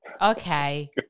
Okay